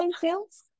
sales